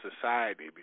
society